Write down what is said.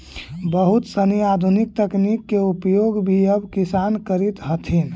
बहुत सनी आधुनिक तकनीक के उपयोग भी अब किसान करित हथिन